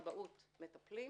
כבאות מטפלים,